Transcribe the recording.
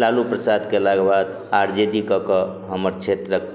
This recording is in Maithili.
लालू प्रसादके अयलाके बाद आर जे डी कऽ कऽ हमर क्षेत्रक